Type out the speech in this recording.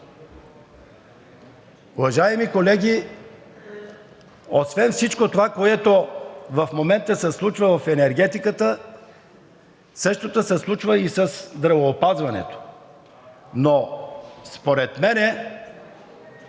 Уважаеми колеги, освен всичко това, което в момента се случва в енергетиката, същото се случва и със здравеопазването. Но според мен,